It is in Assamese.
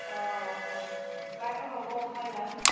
অ বাৰু হ'ব মই যাম